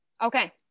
Okay